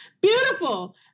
beautiful